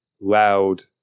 loud